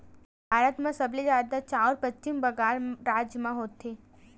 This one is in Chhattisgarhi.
भारत म सबले जादा चाँउर पस्चिम बंगाल राज म होथे